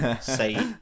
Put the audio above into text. say